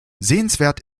sehenswert